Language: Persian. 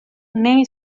نمی